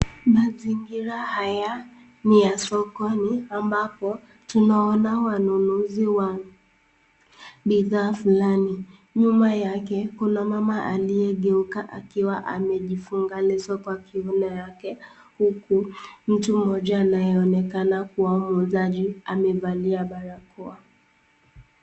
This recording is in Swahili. Mazingira haya ni ya sokoni ambapo tunaona wanunuzi wa bidhaa fulani, nyuma yake kuna mama aliyegeuka akiwa amejifunga leso kwa kiuno yake huku mtu mmoja anayeonekana kua muuzaji amevalia barakoa.